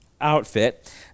outfit